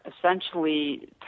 essentially